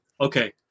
okay